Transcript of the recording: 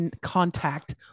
contact